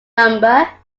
number